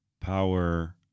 power